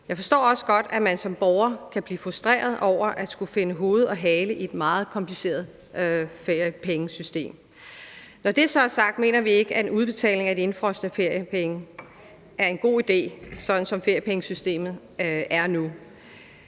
Jeg forstår også godt, at man som borger kan blive frustreret over at skulle finde hoved og hale i et meget kompliceret feriepengesystem. Når det så er sagt, mener vi ikke, at en udbetaling af de indefrosne feriepenge er en god ide, sådan som feriepengesystemet er nu.